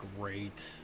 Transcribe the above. great